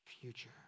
future